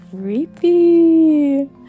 creepy